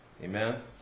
Amen